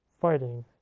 fighting